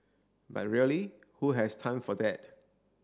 but really who has time for that